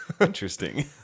Interesting